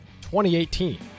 2018